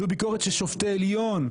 זו ביקורת של שופטי עליון,